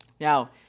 Now